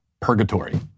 purgatory